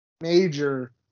Major